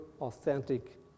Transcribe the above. authentic